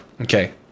okay